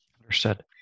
Understood